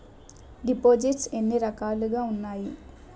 దిపోసిస్ట్స్ ఎన్ని రకాలుగా ఉన్నాయి?